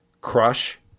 Crush